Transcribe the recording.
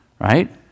right